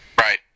Right